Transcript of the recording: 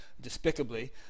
despicably